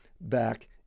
back